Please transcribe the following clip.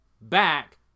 back